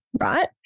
right